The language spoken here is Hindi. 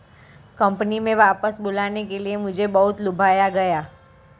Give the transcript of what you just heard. कंपनी में वापस बुलाने के लिए मुझे बहुत लुभाया गया